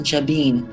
Jabin